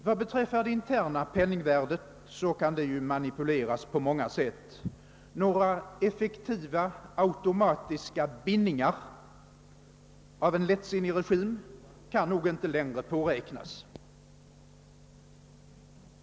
Vad beträffar det interna penningvärdet, så kan det manipuleras på många sätt; några effektiva automatiska bindningar av en lättsinnig regim kan nog inte längre påräknas.